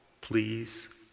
Please